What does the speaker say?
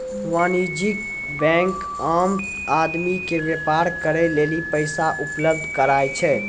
वाणिज्यिक बेंक आम आदमी के व्यापार करे लेली पैसा उपलब्ध कराय छै